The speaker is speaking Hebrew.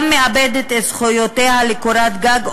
גם מאבדת את זכויותיה לקורת גג,